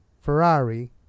Ferrari